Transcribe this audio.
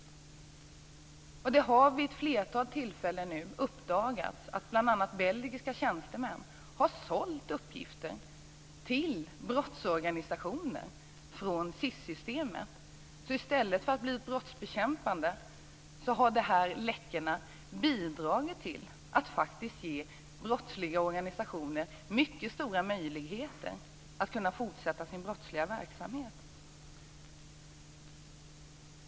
Det har vid ett flertal tillfällen uppdagats att bl.a. belgiska tjänstemän har sålt uppgifter till brottsorganisationer från SIS. Systemet skulle vara brottsbekämpande, men i stället har läckorna bidragit till att ge brottsliga organisationer mycket stora möjligheter att fortsätta sin brottsliga verksamhet.